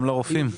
גם לרופאים.